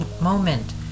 moment